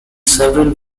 several